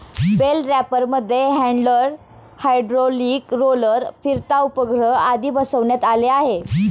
bell रॅपरमध्ये handler, hydraulic roller, फिरता उपग्रह आदी बसवण्यात आले आहे